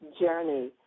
journey